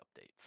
updates